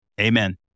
Amen